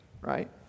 right